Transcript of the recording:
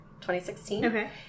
2016